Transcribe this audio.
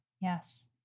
Yes